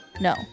No